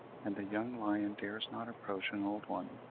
and a young lion dares not approach an old one.